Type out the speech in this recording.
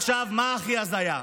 עכשיו, מה הכי הזיה?